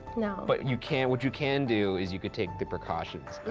but you can, what you can do is you could take the precautions,